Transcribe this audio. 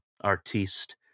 artiste